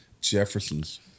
Jefferson's